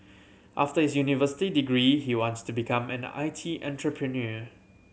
after his university degree he wants to become an I T entrepreneur